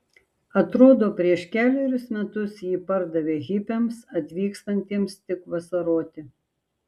atrodo prieš kelerius metus jį pardavė hipiams atvykstantiems tik vasaroti